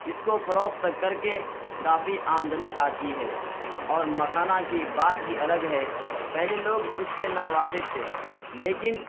اس کو فروخت کر کے کافی آمدنی آتی ہے اور مکھانہ کی بات ہی الگ ہے پہلے لوگ اس سے ناواقف تھے لیکن